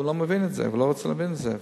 ולצערי הוא לא מבין את זה ולא רוצה להבין את זה.